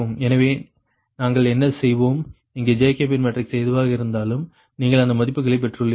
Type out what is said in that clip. எனவே நாங்கள் என்ன செய்வோம் இங்கே ஜேகோபியன் மேட்ரிக்ஸ் எதுவாக இருந்தாலும் நீங்கள் இந்த மதிப்புகளை பெற்றுள்ளீர்கள்